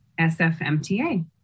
SFMTA